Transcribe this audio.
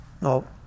No